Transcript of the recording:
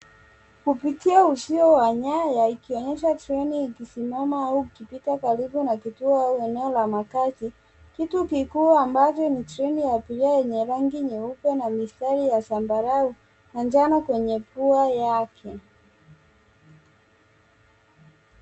Kupitia uzio wa nyaya ikonyesha treni ikisimama au ikipita karibu na kituo au eneo la makazi, kitu kikuu ambacho ni treni ya abiria yenye rangi nyeupe na mistari ya zambarau na njano kwenye pua yake.